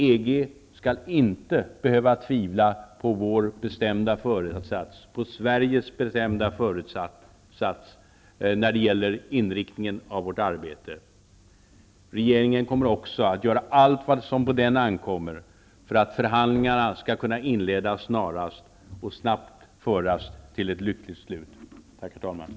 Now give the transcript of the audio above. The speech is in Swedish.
EG skall inte behöva tvivla på Sveriges bestämda föresats när det gäller inriktningen av vårt arbete. Regeringen kommer också att göra allt vad på den ankommer för att förhandlingarna snarast skall kunna inledas och snabbt föras till ett lyckligt slut. Tack, herr talman.